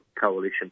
coalition